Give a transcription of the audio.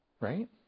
Right